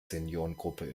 seniorengruppe